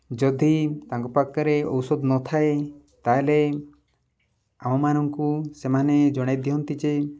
ଯଦି ତାଙ୍କ ପାଖରେ ଔଷଧ ନଥାଏ ତା'ହେଲେ ଆମମାନଙ୍କୁ ସେମାନେ ଜଣାଇଦିଅନ୍ତି ଯେ